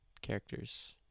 characters